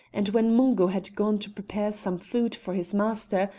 and when mungo had gone to prepare some food for his master,